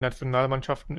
nationalmannschaften